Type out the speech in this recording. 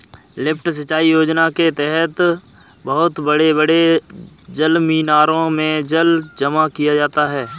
lift सिंचाई योजना के तहद बहुत बड़े बड़े जलमीनारों में जल जमा किया जाता है